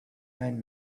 nine